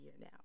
now